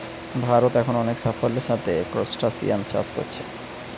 ভারত এখন অনেক সাফল্যের সাথে ক্রস্টাসিআন চাষ কোরছে